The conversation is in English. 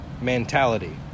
mentality